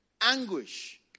anguish